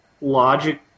logic